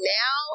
now